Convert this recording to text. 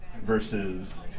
versus